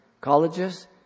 colleges